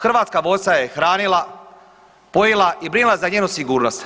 Hrvatska vojska ju je hranila, pojila i brinula za njenu sigurnost.